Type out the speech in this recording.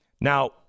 Now